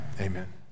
amen